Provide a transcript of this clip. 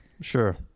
Sure